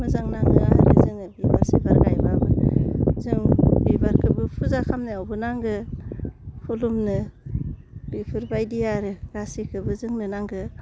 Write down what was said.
मोजां नाङो आरो जोङो बिबार सिबार गायबाबो जों बिबारखोबो फुजा खामनायावबो नांगौ खुलुमनो बेफोरबायदि आरो गासिखौबो जोंनो नांगौ